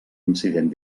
incident